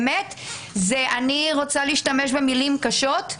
אני רוצה להשתמש במילים קשות.